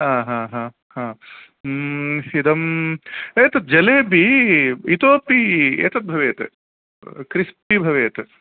अ ह ह ह सिदम् एतत् जलेबि इतोपि एतद् भवेत् क्रिस्पि भवेत्